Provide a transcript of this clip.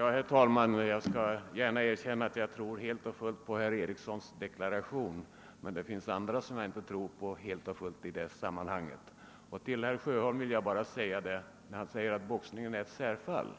Herr talman! Jag skall gärna erkänna att jag helt och fullt tror på herr Ericssons deklarationer. Men det finns andra som jag inte tror på helt och fullt i det här sammanhanget. Herr Sjöholm säger att boxningen är ett särfall